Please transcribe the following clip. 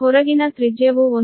ಹೊರಗಿನ ತ್ರಿಜ್ಯವು 1